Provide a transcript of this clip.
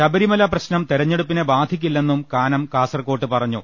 ശബരിമല പ്രശ്നം തെരഞ്ഞെടുപ്പിനെ ബാധിക്കില്ലെന്നും കാനം കാസർകോട്ട് പറഞ്ഞു